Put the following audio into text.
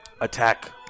attack